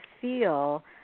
feel